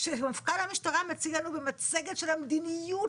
כשמפכ"ל המשטרה מציג לנו במצגת של המדיניות